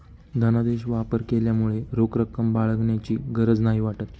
धनादेश वापर केल्यामुळे रोख रक्कम बाळगण्याची गरज नाही वाटत